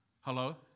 Hello